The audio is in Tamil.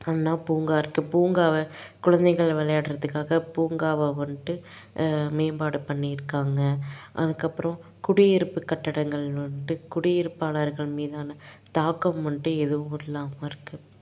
அண்ணா பூங்கா இருக்குது பூங்காவை குழந்தைகள் விளையாடுறதுக்காக பூங்காவை வந்துட்டு மேம்பாடு பண்ணியிருக்காங்க அதுக்கப்புறம் குடியிருப்பு கட்டடங்கள் வந்துட்டு குடியிருப்பாளர்கள் மீதான தாக்கம் வந்துட்டு எதுவும் இல்லாமல் இருக்குது